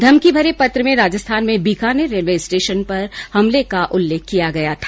धमकी भरे पत्र में राजस्थान में बीकानेर रेलवे स्टेशन पर हमले का उल्लेख किया गया था